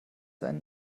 einen